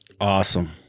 awesome